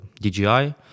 DJI